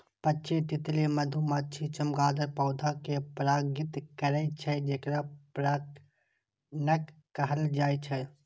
पक्षी, तितली, मधुमाछी, चमगादड़ पौधा कें परागित करै छै, जेकरा परागणक कहल जाइ छै